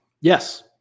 Yes